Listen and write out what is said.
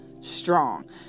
strong